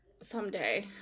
Someday